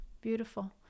beautiful